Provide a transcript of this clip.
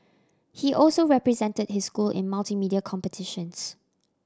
he also represented his school in multimedia competitions